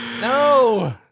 No